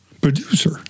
Producer